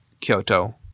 Kyoto